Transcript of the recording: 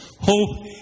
Hope